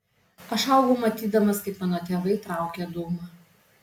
aš augau matydamas kaip mano tėvai traukia dūmą